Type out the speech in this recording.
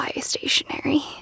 stationery